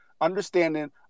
understanding